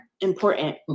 important